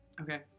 Okay